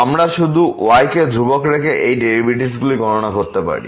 আমরা শুধু y কে ধ্রুবক রেখে এই ডেরিভেটিভ গণনা করতে পারি